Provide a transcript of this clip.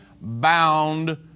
bound